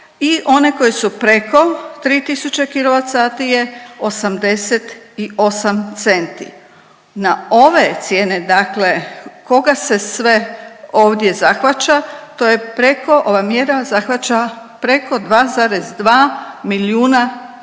i one koje su preko 3000 kWh je 88 centi. Na ove cijene dakle koga se sve ovdje zahvaća, to je preko, ova mjera zahvaća preko 2,2 milijuna